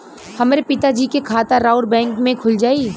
हमरे पिता जी के खाता राउर बैंक में खुल जाई?